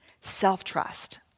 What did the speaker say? Self-trust